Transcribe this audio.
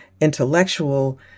intellectual